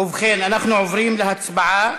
ובכן, אנחנו עוברים להצבעה